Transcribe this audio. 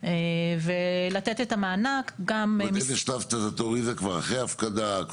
ולתת את המענק --- זה כבר אחרי הפקדה?